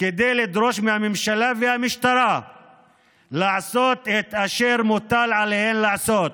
כדי לדרוש מהממשלה ומהמשטרה לעשות את אשר מוטל עליהן לעשות,